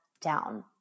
down